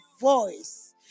voice